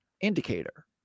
indicator